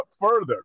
further